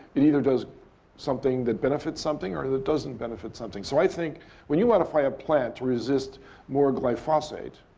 it either does something that benefits something or that doesn't benefit something. so i think when you modify a plant to resist more glyphosate